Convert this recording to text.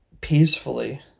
peacefully